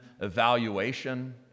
evaluation